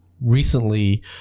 recently